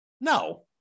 no